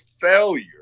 failure